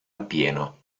appieno